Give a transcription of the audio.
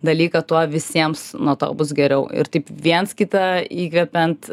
dalyką tuo visiems nuo to bus geriau ir taip viens kitą įkvepiant